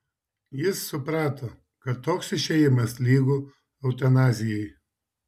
jis suprato kad toks išėjimas lygu eutanazijai